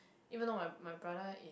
even though my my brother